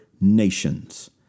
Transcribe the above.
nations